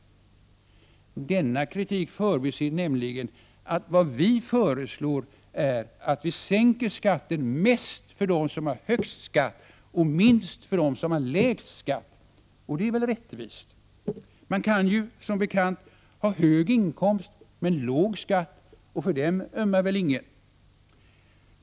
Denna kritik förbiser nämligen att vad vi föreslår innebär att vi sänker skatten mest för dem som har högst skatt och minst för dem som har lägst skatt. Och det är väl rättvist! Man kan ju, som bekant, ha hög inkomst men låg skatt, och för dem ömmar väl ingen.